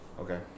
Okay